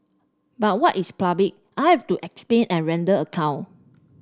but what is public I have to explain and render account